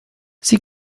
sie